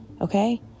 okay